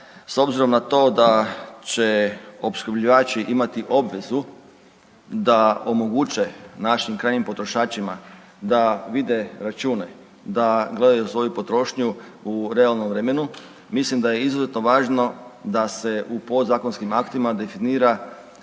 S obzirom na to da će opskrbljivači imati obvezu da omoguće našim krajnjim potrošačima da vide račune, da gledaju svoju potrošnju u realnom vremenu mislim da je izuzetno važno da se u podzakonskim aktima definira